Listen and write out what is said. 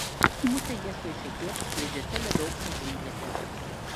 musė ieško išeities slidžiose ledokšnių džiunglėse